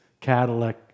cadillac